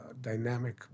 dynamic